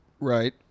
Right